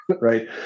right